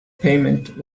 payment